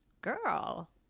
girl